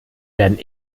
werden